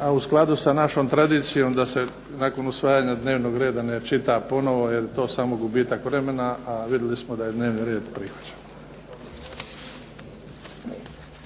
a u skladu sa našom tradicijom da se nakon usvajanja dnevnog reda ne čita ponovo, jer je to samo gubitak vremena, a vidjeli smo da je dnevni red prihvaćen.